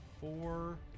four